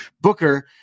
Booker